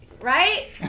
Right